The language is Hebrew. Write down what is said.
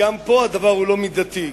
גם פה הדבר לא מידתי,